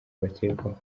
bakekwaho